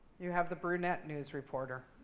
you have the brunette news reporter.